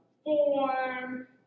form